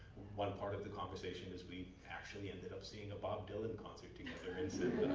one part of the conversation is we actually ended up seeing a bob dylan concert together, incidentally.